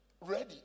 ready